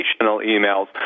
emails